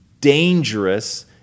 dangerous